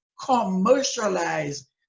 commercialize